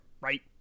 right